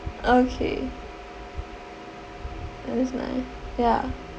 okay that's nice ya